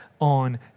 on